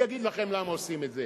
אני אגיד לכם למה עושים את זה.